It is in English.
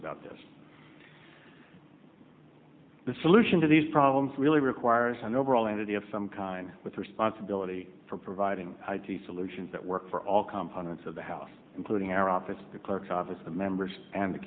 about this the solution to these problems really requires an overall entity of some kind with responsibility for providing i t solutions that work for all components of the house including our office the clerks office the members and the